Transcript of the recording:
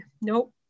Nope